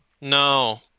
No